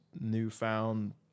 newfound